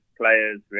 players